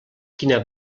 quina